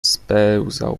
spełzał